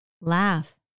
laugh